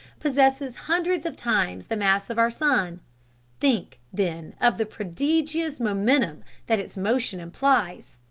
possesses hundreds of times the mass of our sun think, then, of the prodigious momentum that its motion implies!